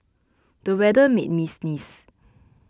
the weather made me sneeze